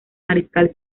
mariscal